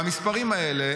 והמספרים האלה,